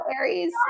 Aries